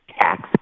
tax